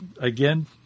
again